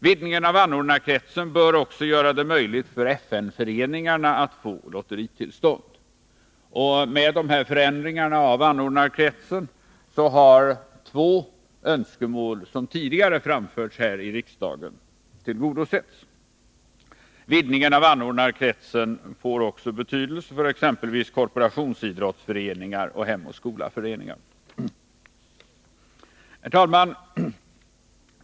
Vidgningen av anordnarkretsen bör också göra det möjligt för FN-föreningarna att få lotteritillstånd. Med dessa förändringar av anordnarkretsen har två önskemål som tidigare framförts här i riksdagen tillgodosetts. Vidgningen av anordnarkretsen får också betydelse för exempelvis korporationsidrottsföreningar och Hem och skola-föreningar. Herr talman!